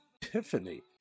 Tiffany